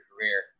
career